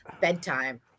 bedtime